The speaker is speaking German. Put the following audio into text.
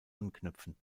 anknüpfen